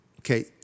Okay